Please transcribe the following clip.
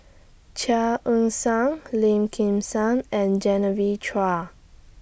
Chia Ann Siang Lim Kim San and Genevieve Chua